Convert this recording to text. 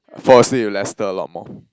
fall asleep with Lester a lot more